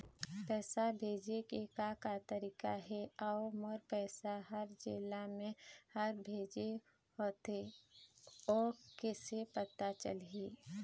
पैसा भेजे के का का तरीका हे अऊ मोर पैसा हर जेला मैं हर भेजे होथे ओ कैसे पता चलही?